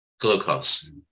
glucose